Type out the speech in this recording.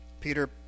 Peter